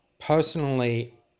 personally